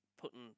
putting